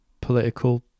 political